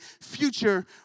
future